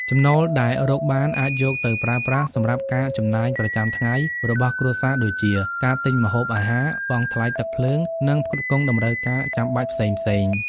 ចំណូលដែលរកបានអាចយកទៅប្រើប្រាស់សម្រាប់ការចំណាយប្រចាំថ្ងៃរបស់គ្រួសារដូចជា ការទិញម្ហូបអាហារ បង់ថ្លៃទឹកភ្លើង និងផ្គត់ផ្គង់តម្រូវការចាំបាច់ផ្សេងៗ។